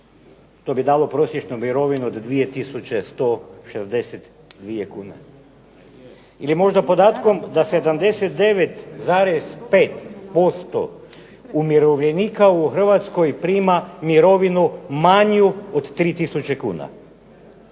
što bi dalo prosječnu mirovinu od 2 tisuće 162 kune. Ili možda podatkom da 79,5% umirovljenika u Hrvatskoj prima mirovinu manju od 3 tisuće